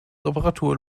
reparatur